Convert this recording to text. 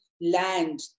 land